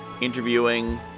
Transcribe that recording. interviewing